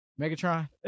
Megatron